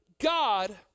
God